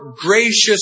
gracious